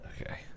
Okay